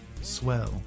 swell